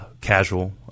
casual